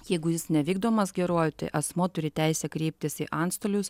jeigu jis nevykdomas geruoju tai asmuo turi teisę kreiptis į antstolius